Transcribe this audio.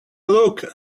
look